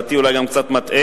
שלדעתי אולי גם קצת מטעה.